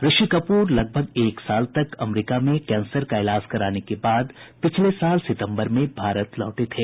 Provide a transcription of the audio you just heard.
ऋषि कपूर लगभग एक साल तक अमरीका में कैंसर का इलाज कराने के बाद पिछले साल सितंबर में भारत लौटे थे